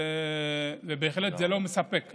ובהחלט זה לא מספק.